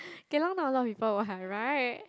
kelong not a lot of people [what] right